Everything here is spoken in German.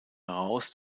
heraus